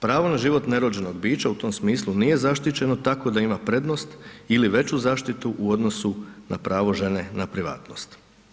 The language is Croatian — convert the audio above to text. Pravo na život nerođenog bića u tom smislu nije zaštićeno tako da ima prednost ili veću zaštitu u odnosu na pravo žene na privatnost.